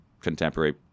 contemporary